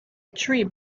tree